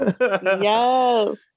Yes